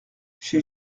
chez